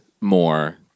more